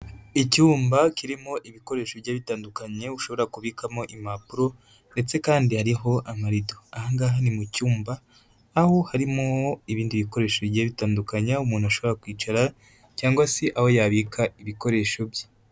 Icyumba kirimo ibikoresho bigiye bitandukanye ushobora kubikamo impapuro ndetse kandi hariho amarido. Aha ngaha ni mu cyumba aho harimo ibindi bikoresho bigiye bitandukanya umuntu ashobora kwicara, cyangwa se aho yabika ibikoresho bye.